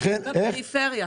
בפריפריה.